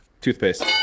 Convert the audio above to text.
Toothpaste